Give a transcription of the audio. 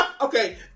Okay